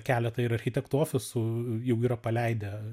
keletą ir architektų ofisų jau yra paleidę